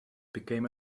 became